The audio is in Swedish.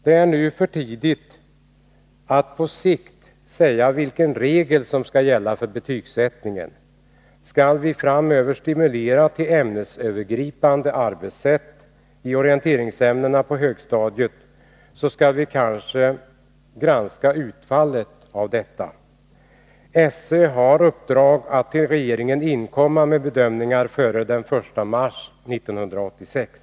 Det är nu för tidigt att säga vilken regel som på sikt skall gälla för betygsättningen. Om vi framöver skall stimulera ett ämnesövergripande arbetssätt i undervisningen i orienteringsämnena på högstadiet, så bör vi granska utfallet av detta arbetssätt. SÖ har fått i uppdrag att till regeringen inkomma med bedömningar före den 1 mars 1986.